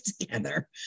together